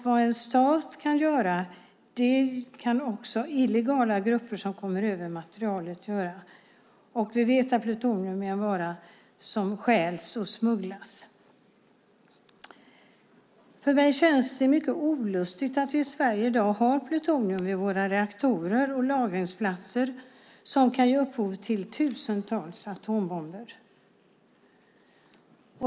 Vad en stat kan göra kan också illegala grupper som kommer över materialet göra, och vi vet att plutonium är en vara som stjäls och smugglas. För mig känns det mycket olustigt att vi i Sverige i dag har plutonium i våra reaktorer och lagringsplatser som kan ge upphov till tusentals atombomber.